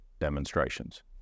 demonstrations